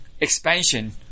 Expansion